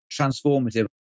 transformative